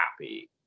happy